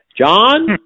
John